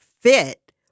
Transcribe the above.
fit